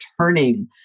turning